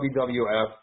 WWF